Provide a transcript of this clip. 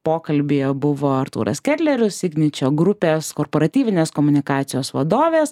pokalbyje buvo artūras ketlerius igničio grupės korporatyvinės komunikacijos vadovės